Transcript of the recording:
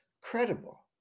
credible